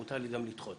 מותר לי גם לדחות.